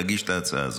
תגיש את ההצעה הזאת.